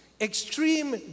extreme